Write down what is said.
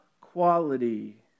quality